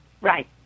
Right